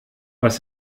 was